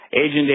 Agent